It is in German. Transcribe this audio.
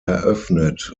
eröffnet